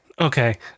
Okay